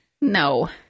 No